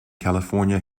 california